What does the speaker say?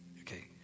Okay